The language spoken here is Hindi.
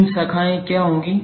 तीन शाखाएँ क्या होंगी